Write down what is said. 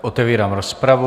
Otevírám rozpravu.